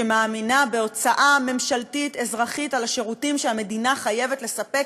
שמאמינה בהוצאה ממשלתית-אזרחית על השירותים שהמדינה חייבת לספק,